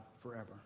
forever